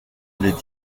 les